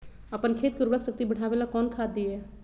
अपन खेत के उर्वरक शक्ति बढावेला कौन खाद दीये?